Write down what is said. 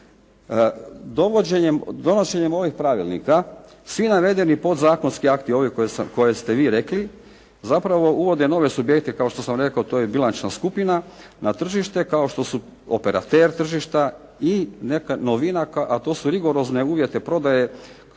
Donošenjem ovih pravilnika svi navedeni podzakonski akti ove koje ste vi rekli, zapravo uvode nove subjekte kao što sam rekao to je bilančna skupina na tržište kao što su operater tržišta i neka novina, a to su rigorozni uvjeti prodaje